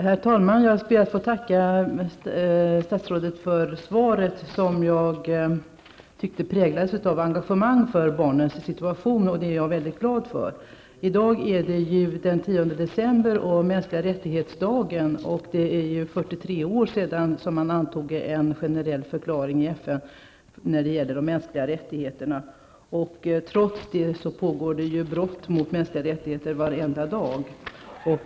Herr talman! Jag ber att få tacka statsrådet för svaret, som jag tyckte präglades av engagemang för barnens situation, och det är jag glad för. I dag är det den 10 december, de mänskliga rättigheternas dag. Det är 43 år sedan man antog en generell förklaring i FN gällande de mänskliga rättigheterna. Trots detta pågår brott mot de mänskliga rättigheterna varenda dag.